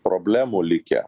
problemų likę